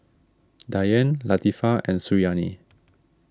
Dian Latifa and Suriani